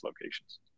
locations